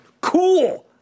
cool